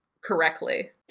correctly